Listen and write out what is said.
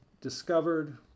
discovered